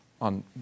on